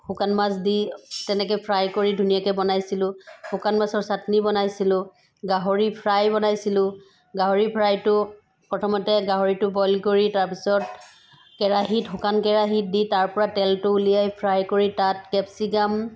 শুকান মাছ দি তেনেকৈ ফ্ৰাই কৰি ধুনীয়কৈ বনাইছিলো শুকান মাছৰ চাটনি বনাইছিলো গাহৰি ফ্ৰাই বনাইছিলো গাহৰি ফ্ৰাইটো প্ৰথমতে গাহৰিটো বইল কৰি তাৰপিছত কেৰাহীত শুকান কেৰাহিত দি তাৰপৰা তেলটো উলিয়াই ফ্ৰাই কৰি তাত কেপচিকাম